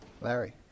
Larry